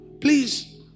Please